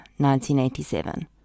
1987